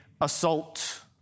assault